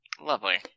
Lovely